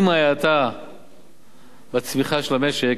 עם ההאטה בצמיחה של המשק,